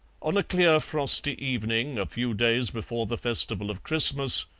on a clear frosty evening, a few days before the festival of christmas,